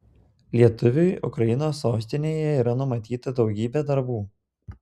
lietuviui ukrainos sostinėje yra numatyta daugybė darbų